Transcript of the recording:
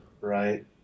right